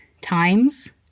times